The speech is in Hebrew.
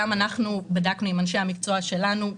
גם אנחנו בדקנו עם אנשי המקצוע שלנו,